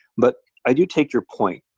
but, i do take your point.